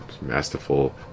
masterful